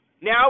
now